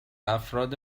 افراد